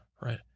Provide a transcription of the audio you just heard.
Right